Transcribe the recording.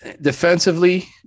Defensively